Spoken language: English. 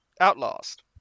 Outlast